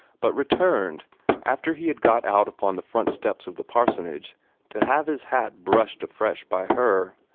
but returned after he had got out upon the front steps of the parsonage to have his hat brushed afresh by her.